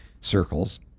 circles